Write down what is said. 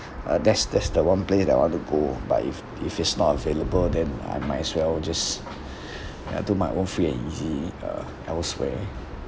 uh that's that's the one play that I want to go but if if it's not available than I might as well just ya do my own free and easy uh elsewhere